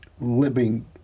living